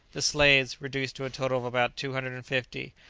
the slaves, reduced to a total of about two hundred and fifty,